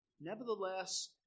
Nevertheless